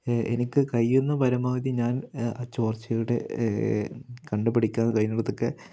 എനിക്കു കഴിയുന്ന പരമാവധി ഞാൻ ആ ചോർച്ചയുടെ കണ്ടുപിടിക്കാൻ കഴിയുന്നിടത്തൊക്കെ